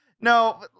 no